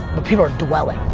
but people are dwelling.